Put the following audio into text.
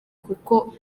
kuko